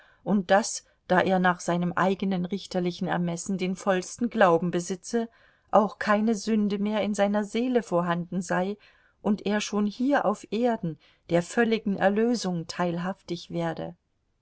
und daß da er nach seinem eigenen richterlichen ermessen den vollsten glauben besitze auch keine sünde mehr in seiner seele vorhanden sei und er schon hier auf erden der völligen erlösung teilhaftig werde